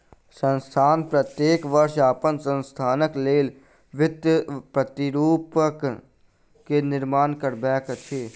संस्थान प्रत्येक वर्ष अपन संस्थानक लेल वित्तीय प्रतिरूपण के निर्माण करबैत अछि